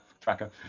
tracker